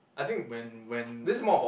when when